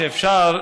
אפשר,